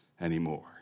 anymore